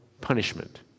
punishment